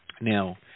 Now